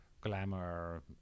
glamour